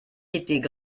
étaient